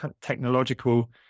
technological